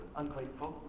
ungrateful